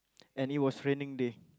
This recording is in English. and it was raining day